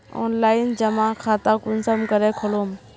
Online जमा खाता कुंसम करे खोलूम?